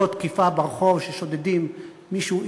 לא תקיפה ברחוב ששודדים מישהו,